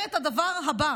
אומר את הדבר הבא: